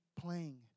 playing